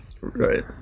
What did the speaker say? Right